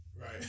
Right